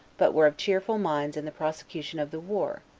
but were of cheerful minds in the prosecution of the war,